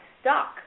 stuck